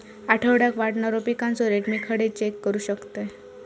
आठवड्याक वाढणारो पिकांचो रेट मी खडे चेक करू शकतय?